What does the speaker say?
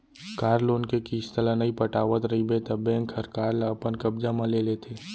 car loan के किस्त ल नइ पटावत रइबे त बेंक हर कार ल अपन कब्जा म ले लेथे